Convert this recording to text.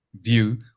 view